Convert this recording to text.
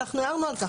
אנחנו הערנו על כך,